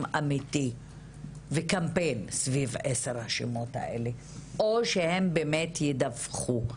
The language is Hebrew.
אמיתי וקמפיין סביב עשר השמות האלה או שהם באמת ידווחו.